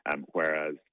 whereas